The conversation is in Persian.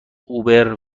اوبر